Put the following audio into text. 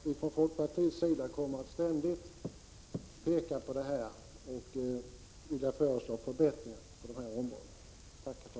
Vi från folkpartiet kommer ständigt att peka på dessa områden och föreslå förbättringar där.